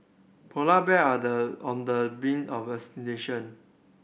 polar bear the on the brink of